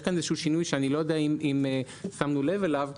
כאן איזשהו שינוי שאני לא יודע אם שמנו לב אליו.